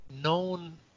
known